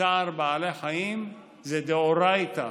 צער בעלי חיים זה דאורייתא,